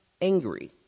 angry